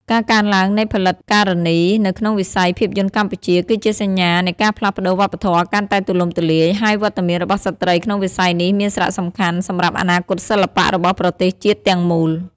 ការកើនឡើងនៃផលិតការនីនៅក្នុងវិស័យភាពយន្តកម្ពុជា គឺជាសញ្ញានៃការផ្លាស់ប្តូរវប្បធម៌កាន់តែទូលំទូលាយ ហើយវត្តមានរបស់ស្ត្រីក្នុងវិស័យនេះមានសារៈសំខាន់សម្រាប់អនាគតសិល្បៈរបស់ប្រទេសជាតិទាំងមូល។